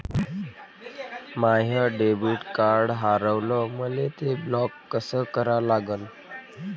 माय debit card हारवलं, मले ते ब्लॉक कस करा लागन?